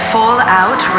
Fallout